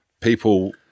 People